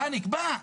אה, נקבע?